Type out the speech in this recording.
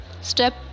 step